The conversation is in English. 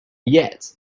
yet